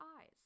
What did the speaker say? eyes